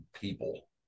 people